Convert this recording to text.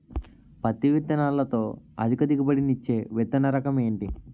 పత్తి విత్తనాలతో అధిక దిగుబడి నిచ్చే విత్తన రకం ఏంటి?